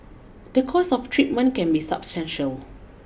the cost of treatment can be substantial